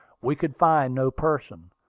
we could find no person.